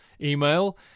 email